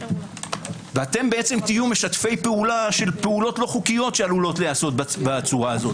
ואתם תהיו משתפי פעולה של פעולות לא חוקיות שעלולות להיעשות בצורה הזו.